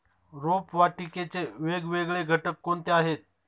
रोपवाटिकेचे वेगवेगळे घटक कोणते आहेत?